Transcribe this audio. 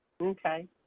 Okay